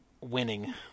winning